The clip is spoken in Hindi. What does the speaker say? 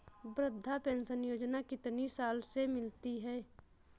वृद्धा पेंशन योजना कितनी साल से मिलती है?